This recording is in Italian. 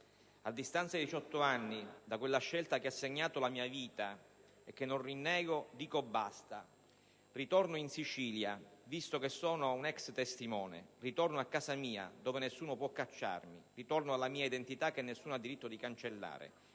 «A distanza di diciotto anni da quella scelta che ha segnato la mia vita e che non rinnego, dico basta. Ritorno in Sicilia, visto che sono una ex testimone, ritorno a casa mia, dove nessuno può cacciarmi, ritorno alla mia identità che nessuno ha diritto di cancellare.